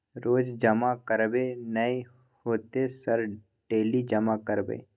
रोज जमा करबे नए होते सर डेली जमा करैबै?